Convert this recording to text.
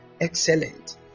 excellent